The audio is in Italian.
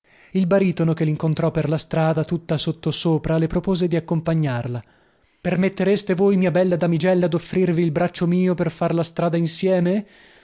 il baritono che lincontrò per la strada tutta sottosopra le propose di accompagnarla permettereste voi mia bella damigella doffrirvi il braccio mio per far la strada insieem